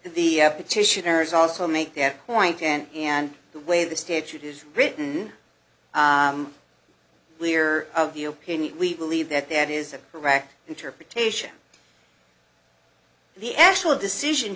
the petitioner is also make their point and and the way the statute is written clear of the opinion we believe that that is a correct interpretation of the actual decision